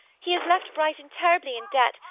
he has left brighton terribly in debt,